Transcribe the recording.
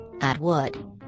Atwood